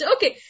Okay